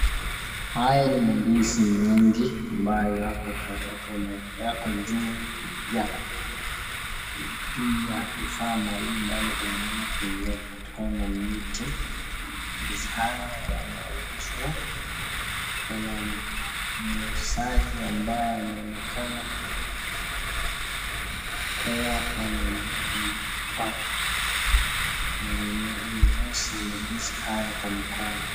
Haya ni mandizi mengi ambayo yako juu ya vifaa maalum ambayo imetengenezwa kutokana na miti, mandizi haya yanauzwa kuna muuzaji ambaye anaonekana kuwa amempa mnunuzi mandizi haya kwa mkono.